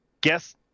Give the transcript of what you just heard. Guess